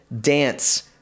dance